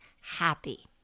happy